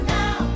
now